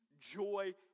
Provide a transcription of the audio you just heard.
joy